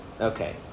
Okay